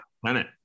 planet